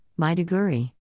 Maiduguri